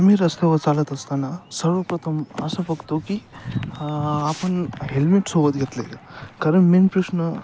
आम्ही रस्त्यावर चालत असताना सर्वप्रथम असं बघतो की आपण हेल्मेट सोबत घेतलेलं कारण मेन प्रश्न